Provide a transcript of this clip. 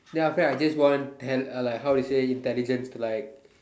then after I just want tell how you say intelligence like